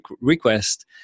request